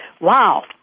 wow